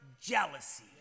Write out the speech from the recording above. jealousy